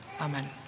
Amen